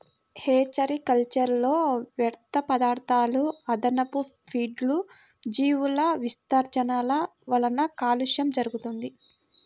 hatchery కల్చర్లో వ్యర్థపదార్థాలు, అదనపు ఫీడ్లు, జీవుల విసర్జనల వలన కాలుష్యం జరుగుతుంది